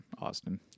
Austin